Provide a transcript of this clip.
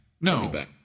No